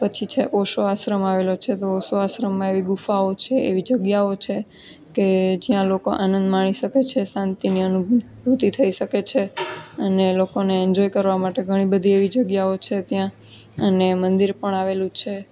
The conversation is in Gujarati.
પછી છે ઓશો આશ્રમ આવેલો છે તો ઓશો આશ્રમમાં એવી ગુફાઓ છે એવી જગ્યાઓ છે કે જ્યાં લોકો આનંદ માણી શકે છે શાંતિની અનુભૂતિ થઈ શકે છે અને લોકોને એન્જોય કરવા માટે ઘણી બધી એવી જગ્યાઓ છે ત્યાં અને મંદિર પણ આવેલું છે